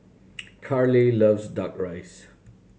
Carleigh loves Duck Rice